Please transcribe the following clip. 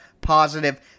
positive